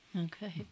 Okay